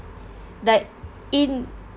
like in